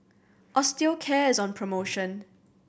osteocare is on promotion